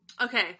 Okay